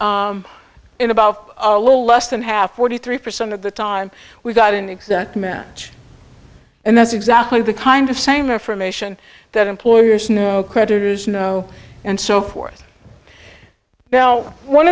bout a little less than half or three percent of the time we got an exact match and that's exactly the kind of same information that employers know creditors know and so forth now one